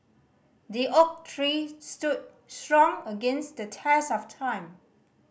the oak tree stood strong against the test of time